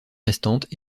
restantes